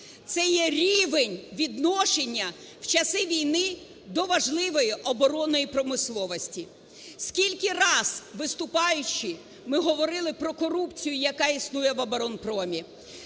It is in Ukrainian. Це є рівень відношення в часи війни до важливої оборонної промисловості. Скільки раз, виступаючи, ми говорили про корупцію, яка існує в оборонпромі?!